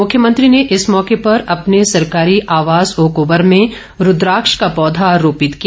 मुख्यमंत्री ने इस मौके पर अपने सरकारी आवास ओकओवर में रूद्राक्ष का पौधा रोपित किया